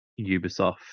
Ubisoft